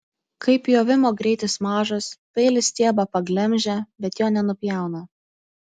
kai pjovimo greitis mažas peilis stiebą paglemžia bet jo nenupjauna